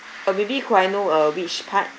uh maybe could I know uh which part